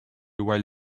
while